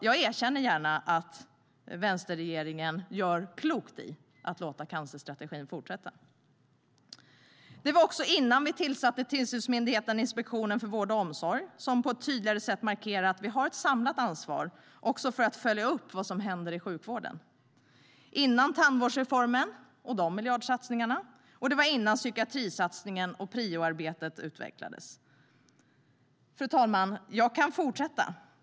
Jag erkänner gärna att vänsterregeringen gör klokt i att låta cancerstrategin fortsätta. Fru talman! Jag kan fortsätta.